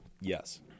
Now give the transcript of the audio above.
Yes